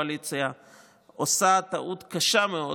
אני חושב שהקואליציה עושה טעות קשה מאוד